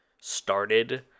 started